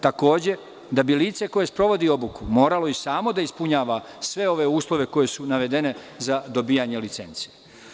Takođe, da bi lice koje sprovodi obuku moralo i samo da ispunjava sve ove uslove koji su navedeni za dobijanje licence.